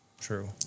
True